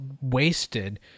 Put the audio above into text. wasted